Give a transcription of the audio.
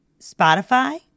Spotify